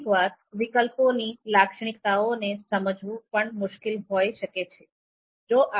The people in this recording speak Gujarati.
કેટલીકવાર વિકલ્પોની લાક્ષણિકતાઓને સમજવું પણ મુશ્કેલ હોઈ શકે છે